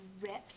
ripped